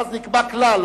ואז נקבע כלל,